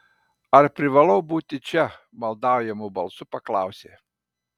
ar privalau būti čia maldaujamu balsu paklausė